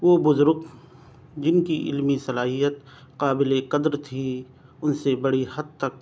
وہ بزرگ جن کی علمی صلاحیت قابلِ قدر تھی ان سے بڑی حد تک